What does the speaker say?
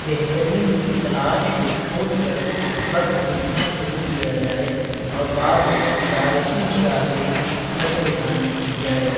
بہترین کی تلاش کو چھوڑ کر بس لکھنا شروع کیا جائے اور بعد میں ادارتی نگاہ سے نظر ثانی کی جائے